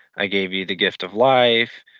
i gave you the gift of life.